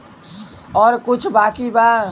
और कुछ बाकी बा?